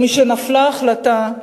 ומשנפלה ההחלטה,